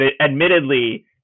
admittedly